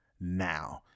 now